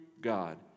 God